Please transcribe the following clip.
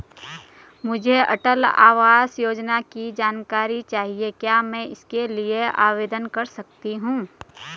मुझे अटल आवास योजना की जानकारी चाहिए क्या मैं इसके लिए आवेदन कर सकती हूँ?